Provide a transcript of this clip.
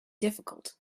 difficult